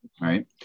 right